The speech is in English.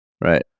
Right